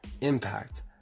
impact